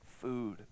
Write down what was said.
food